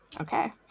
Okay